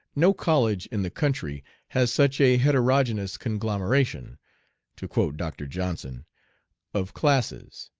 no college in the country has such a heterogeneous conglomeration to quote dr. johnson of classes.